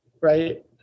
right